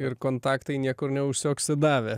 ir kontaktai niekur neužsioksidavę